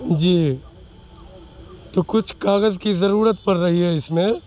جی تو کچھ کاغذ کی ضرورت پڑ رہی ہے اس میں